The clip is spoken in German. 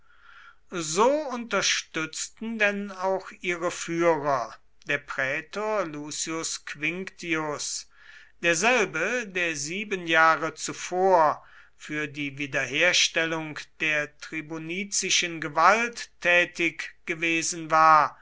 so unterstützten denn auch ihre führer der prätor lucius quinctius derselbe der sieben jahre zuvor für die wiederherstellung der tribunizischen gewalt tätig gewesen war